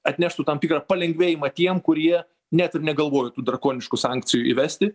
atneštų tam tikrą palengvėjimą tiem kurie net ir negalvoja tų drakoniškų sankcijų įvesti